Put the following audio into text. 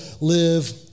live